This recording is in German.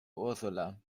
ursula